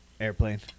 airplane